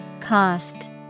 Cost